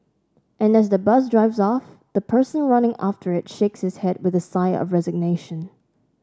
and as the bus drives off the person running after it shakes his head with a sigh of resignation